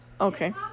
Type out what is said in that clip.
Okay